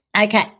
Okay